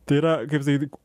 tai yra kaip sakyt